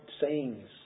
sayings